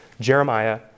Jeremiah